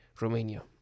Romania